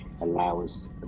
allows